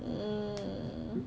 mm